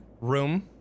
room